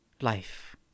life